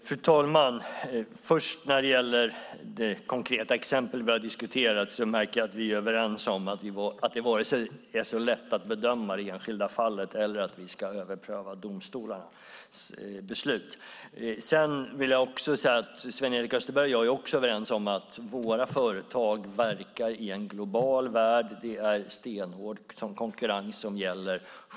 Fru talman! Först när det gäller det konkreta exempel som vi har diskuterat märker jag att vi är överens om att det inte är så lätt att bedöma det enskilda fallet och att vi inte ska överpröva domstolarnas beslut. Sven-Erik Österberg och jag är också överens om att våra företag verkar i en global värld. Det är stenhård konkurrens som gäller.